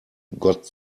got